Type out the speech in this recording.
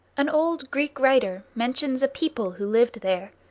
an old greek writer mentions a people who lived there,